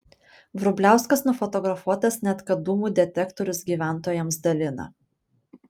vrubliauskas nufotografuotas net kad dūmų detektorius gyventojams dalina